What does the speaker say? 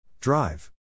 Drive